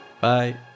Bye